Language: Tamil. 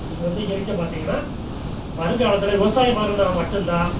நீங்கள் வந்து இயற்கை பார்த்திங்கனா வருங்காலத்தில் விவசாயம் பண்ணும்னா மட்டும் தான்